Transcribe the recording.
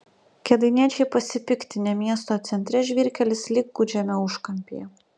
kėdainiečiai pasipiktinę miesto centre žvyrkelis lyg gūdžiame užkampyje